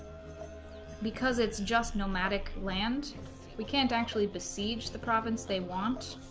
because it's just nomadic land we can't actually besiege the province they want